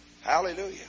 Hallelujah